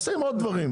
הם עושים עוד דברים,